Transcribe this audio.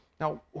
Now